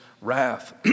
wrath